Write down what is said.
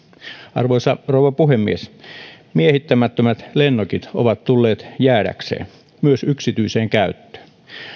arvoisa rouva puhemies miehittämättömät lennokit ovat tulleet jäädäkseen myös yksityiseen käyttöön